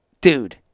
dude